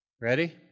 Ready